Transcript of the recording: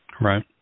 Right